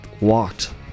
walked